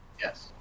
yes